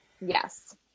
yes